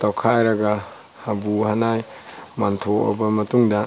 ꯇꯧꯈꯥꯏꯔꯒ ꯍꯥꯄꯨ ꯍꯅꯥꯏ ꯃꯟꯊꯣꯛꯑꯕ ꯃꯇꯨꯡꯗ